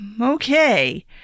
Okay